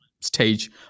stage